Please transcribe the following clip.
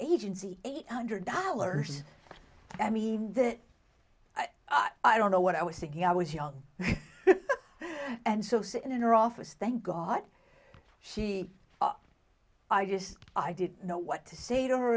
agency eight hundred dollars i mean i don't know what i was thinking i was young and so sick and in her office thank god she i just i didn't know what to say to her